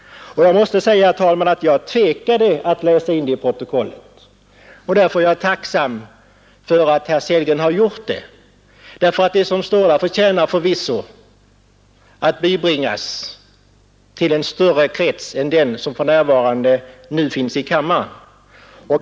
Jag måste säga, herr talman, att jag tvekade att läsa in det i protokollet. Och därför är jag tacksam för att herr Sellgren har gjort det, ty det som står där förtjänar förvisso att bibringas en större krets än den som för närvarande finns i kammaren.